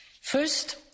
First